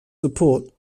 support